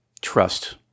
trust